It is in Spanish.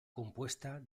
compuesta